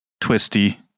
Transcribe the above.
twisty